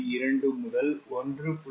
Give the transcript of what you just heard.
2 முதல் 1